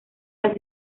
las